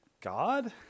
God